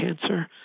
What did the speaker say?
cancer